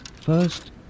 First